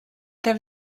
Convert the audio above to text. there